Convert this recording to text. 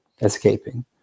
escaping